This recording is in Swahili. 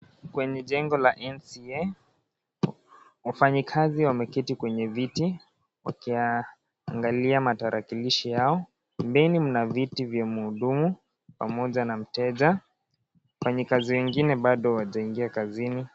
Katika jengo la NCA wafanyakazi wameketi kwenye viti wakiangalia matarakilishi yao pembeni mna viti vya mhudumu Pamoja na mteja wafanyakazi wengine hawajaingia bado kazini.